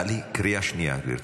טלי, קריאה שנייה, גברתי.